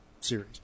Series